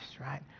right